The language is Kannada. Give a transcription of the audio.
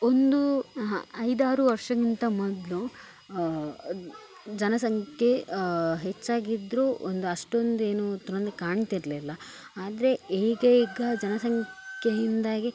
ಒಂದು ಅಹ ಐದಾರು ವರ್ಷಕ್ಕಿಂತ ಮೊದಲು ಜನಸಂಖ್ಯೆ ಹೆಚ್ಚಾಗಿದ್ದರೂ ಒಂದು ಅಷ್ಟೊಂದೇನು ತುಲನೆ ಕಾಣ್ತಿರಲಿಲ್ಲ ಆದರೆ ಈಗೀಗ ಜನಸಂಖ್ಯೆಯಿಂದಾಗಿ